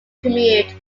premiered